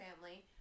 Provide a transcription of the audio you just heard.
family